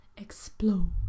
Explode